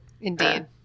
indeed